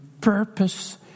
purpose